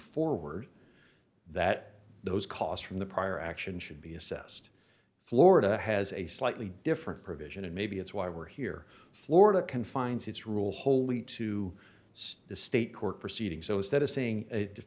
forward that those costs from the prior action should be assessed florida has a slightly different provision and maybe that's why we're here florida confines its rule wholly to see the state court proceeding so instead of saying it